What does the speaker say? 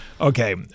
Okay